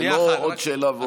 זה לא עוד שאלה ועוד שאלה.